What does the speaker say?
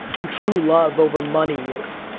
and true love over money is.